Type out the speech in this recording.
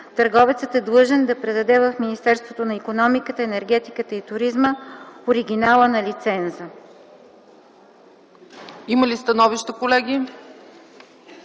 търговецът е длъжен да предаде в Министерството на икономиката, енергетиката и туризма оригинала на лиценза.”